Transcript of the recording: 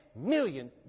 million